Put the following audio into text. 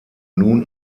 nun